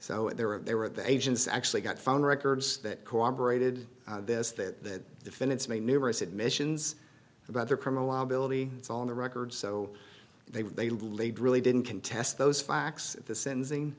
so there were there were the agents actually got phone records that cooperated this that the defendants made numerous admissions about their criminal liability it's all in the records so they were they laid really didn't contest those facts at the sentencing